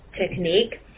technique